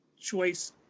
choice